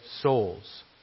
souls